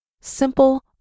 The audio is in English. simple